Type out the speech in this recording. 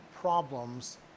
problems